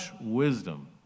wisdom